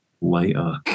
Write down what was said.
later